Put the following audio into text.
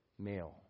male